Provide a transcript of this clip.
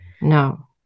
No